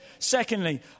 Secondly